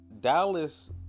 Dallas